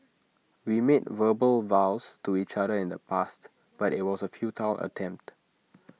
we made verbal vows to each other in the past but IT was A futile attempt